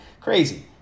crazy